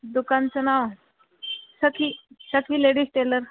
दुकानचं नाव Sakhi Sakhi ladies teller